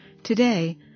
Today